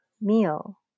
meal